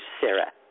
Sarah